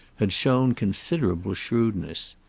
had shown considerable shrewdness.